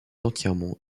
entièrement